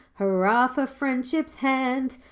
hurrah for friendship's hand,